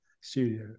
studio